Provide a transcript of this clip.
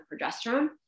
progesterone